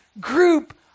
group